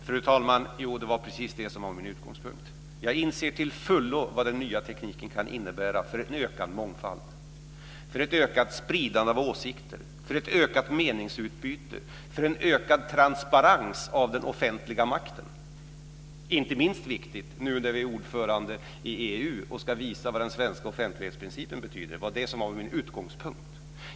Fru talman! Jo, det var precis det som var min utgångspunkt. Jag inser till fullo vad den nya tekniken kan innebära för en ökad mångfald, för ett ökat spridande av åsikter, för ett vidgat meningsutbyte och för en förbättrad transparens i den offentliga makten. Det är inte minst viktigt nu när Sverige är ordförandeland i EU och vi ska visa vad den svenska offentlighetsprincipen betyder. Det var alltså min utgångspunkt.